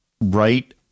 right